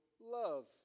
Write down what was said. love